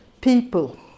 people